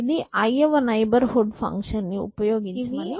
ఇది i వ neighbourhood function ని ఉపయోగించమని చెబుతుంది